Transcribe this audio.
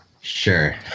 Sure